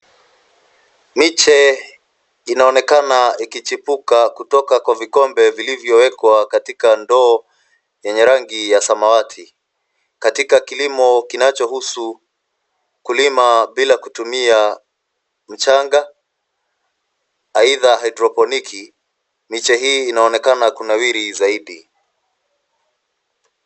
Miche inaonekana ikichipuka kutoka Kwa vikombe vilivyowekwa katika ndoo yenye rangi ya samawati, katika kilimo kinachohusu ukulima bila kutumia mchanga. Aidha, hydroponiki(cs), miche hii inaonekana kunawiri zaidi.